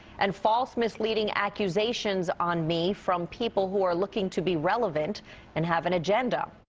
and false misleading accusations on me from people who are looking to be relevant and have an agenda.